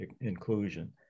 inclusion